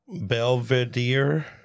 Belvedere